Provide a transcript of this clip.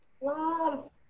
Love